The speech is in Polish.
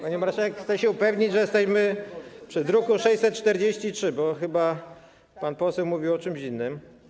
Pani marszałek, chcę się upewnić, że jesteśmy przy druku nr 643, bo chyba pan poseł mówił o czymś innym.